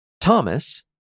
Thomas